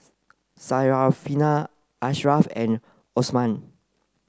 Syarafina Ashraff and Osman